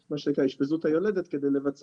מנת באמת לתת את הפתרון האולטימטיבי וגם התייעצנו עם מה